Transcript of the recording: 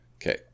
Okay